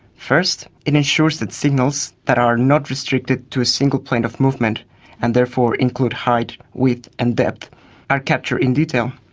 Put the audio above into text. first, it ensures that signals that are not restricted to a single plane of movement and therefore include height, width and depth are captured in detail.